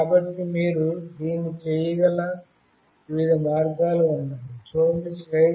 కాబట్టి మీరు దీన్ని చేయగల వివిధ మార్గాలు ఉన్నాయి